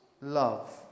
love